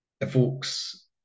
evokes